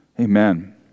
Amen